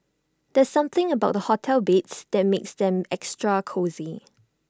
there's something about hotel beds that makes them extra cosy